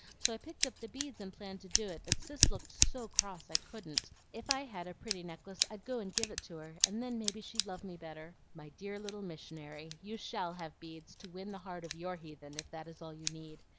so i picked up the beads and planned to do it but cis looked so cross i couldn't. if i had a pretty necklace i'd go and give it to her, and then maybe she'd love me better. my dear little missionary, you shall have beads to win the heart of your heathen, if that is all you need.